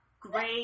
Great